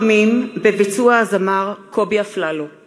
המרשים